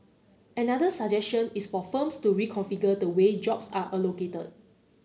another suggestion is for firms to reconfigure the way jobs are allocated